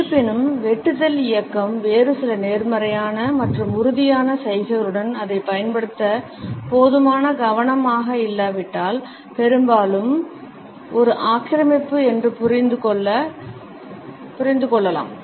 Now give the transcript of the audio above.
இருப்பினும் வெட்டுதல் இயக்கம் வேறு சில நேர்மறையான மற்றும் உறுதியான சைகைகளுடன் அதைப் பயன்படுத்த போதுமான கவனமாக இல்லாவிட்டால் பெரும்பாலும் ஒரு ஆக்கிரமிப்பு என்று புரிந்து கொள்ளலாம்